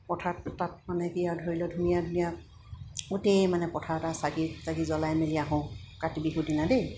পথাৰত তাত মানে কি আৰু ধৰি ল ধুনীয়া ধুনীয়া গোটেই মানে পথাৰ এটা চাকি চাকি জ্বলাই মেলি আহোঁ কাতি বিহুৰ দিনা দেই